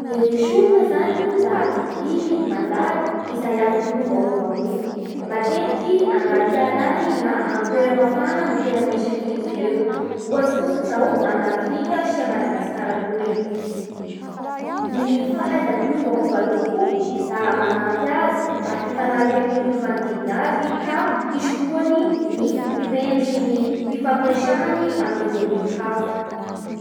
Ny sokina zany da biby mandady izay afaka miovaova ho loko. Matetiky i agnaty ala agny na amy toera mafana no tena misy an'izy ireo. Ohatsy fotsiny izao agny Afrika sy a Madagasikara atoy. Ny fahaizany miovaova loko io da manampy azy mba hifanaraky amin'ny tontolo manodidina azy ka hisorohany ny mpiremby sy ny hifampiresahany amin'ireo biby hafa.